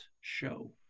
show